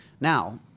Now